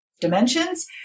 dimensions